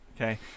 Okay